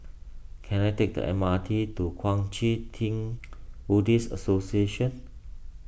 can I take the M R T to Kuang Chee Tng Buddhist Association